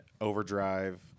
overdrive